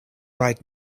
right